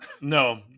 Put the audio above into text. No